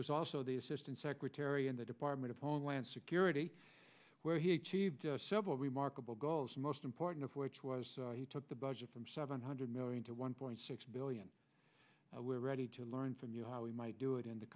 was also the assistant secretary in the department of homeland security where he achieved several remarkable goals most important of which was he took the budget from seven hundred million to one point six billion we're ready to learn from you how we might do it in the